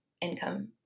income